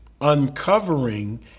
uncovering